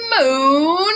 Moon